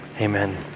amen